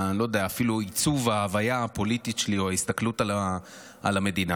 מעיצוב ההוויה הפוליטית שלו או ההסתכלות על המדינה.